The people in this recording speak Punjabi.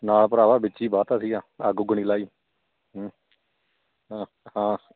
ਨਾ ਭਰਾਵਾ ਵਿੱਚ ਹੀ ਵਾਹਤਾ ਸੀਗਾ ਅੱਗ ਉੱਗ ਨਹੀਂ ਲਗਾਈ ਹਾਂ ਹਾਂ